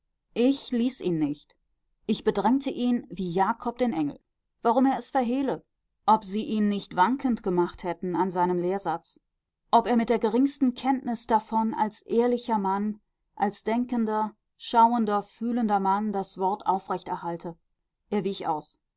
ich ließ ihn nicht ich bedrängte ihn wie jakob den engel warum er es verhehle ob sie ihn nicht wankend gemacht hätten an seinem lehrsatz ob er mit der geringsten kenntnis davon als ehrlicher mann als denkender schauender fühlender mann das wort aufrechterhalte er wich aus